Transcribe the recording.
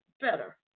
better